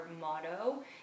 motto